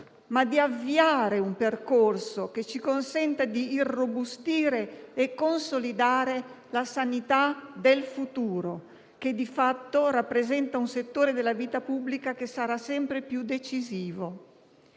di avviare un percorso che ci consenta di irrobustire e consolidare la sanità del futuro, che di fatto rappresenta un settore della vita pubblica che sarà sempre più decisivo.